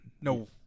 No